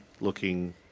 looking